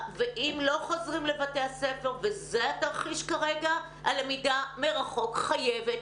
ואם לא חוזרים לבתי הספר וזה התרחיש כרגע הלמידה מרחוק חייבת,